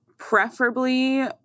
preferably